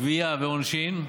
גבייה ועונשין,